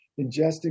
ingesting